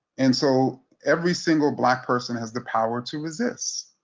and so every single black person has the power to resist,